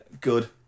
Good